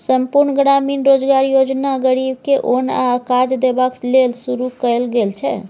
संपुर्ण ग्रामीण रोजगार योजना गरीब के ओन आ काज देबाक लेल शुरू कएल गेल छै